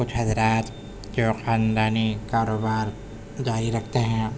کچھ حضرات جو خاندانی کاروبار جاری رکھتے ہیں